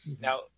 Now